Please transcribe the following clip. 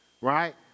right